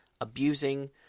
abusing